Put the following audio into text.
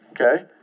Okay